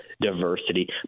diversity